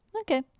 Okay